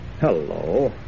Hello